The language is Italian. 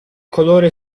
colore